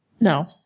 No